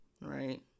right